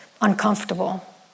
uncomfortable